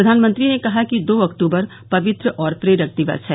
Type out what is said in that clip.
प्रधानमंत्री ने कहा कि दो अक्टूबर पवित्र और प्रेरक दिवस है